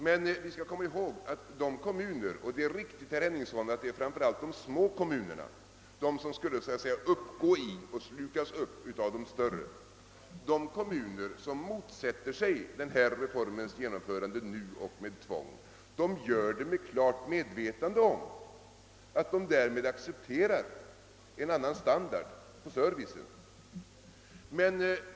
Men vi skall komma ihåg att de kommuner — och det är riktigt, herr Henningsson, att det framför allt är de små kommunerna, de som så att säga skulle uppslukas av de större — som motsätter sig denna reforms genomförande nu och med tvång, gör detta i klart medvetande om att de därmed accepterar en annan standard på servicen.